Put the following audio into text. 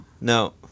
No